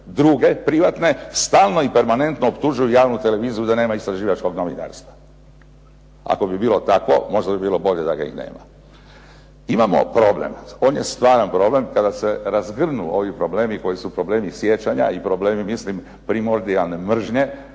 druge, privatne, stalno i permanentno optužuju javnu televiziju da nema istraživačkog novinarstva. Ako bi bilo tako, možda bi bilo bolje da ga i nema. Imamo problem, on je stvaran problem. Kada se razgrnu ovi problemi koji su problemi sjećanja i problemi mislim primodijalne mržnje